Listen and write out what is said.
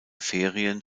ferien